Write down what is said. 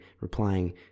replying